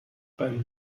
beim